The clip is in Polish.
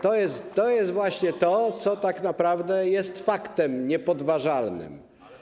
To jest właśnie to, co tak naprawdę jest faktem niepodważalnym.